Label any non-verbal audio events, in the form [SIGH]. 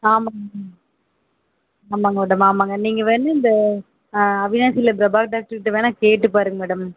ஆ ஆமாங்க [UNINTELLIGIBLE] ஆமாங்க மேடம் ஆமாங்க நீங்கள் வேணால் இந்த அவினாசியில் பிரபாகர் டாக்டர் கிட்டே வேணால் கேட்டுப்பாருங்க மேடம்